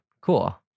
Cool